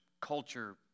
culture